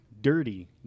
Dirty